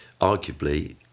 arguably